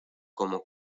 como